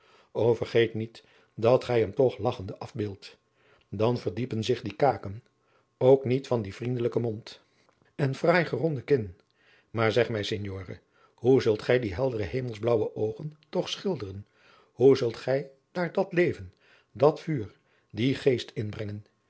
vergeet niet dat gij hem toch lagchende afbeeldt dan verdiepen zich die kaken ook niet dien vriendelijken mond en fraai geronde kin maar zeg mij signore hoe zult gij die heldere hemelsblaauwe oogen toch schilderen hoe zult gij daar dat leven dat vuur dien geest inbrengen